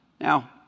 Now